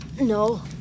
No